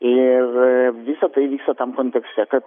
ir visa tai vyksta tam kontekste kad